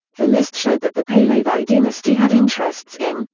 the list showed that the pahlavi dynasty had interests in,